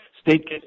state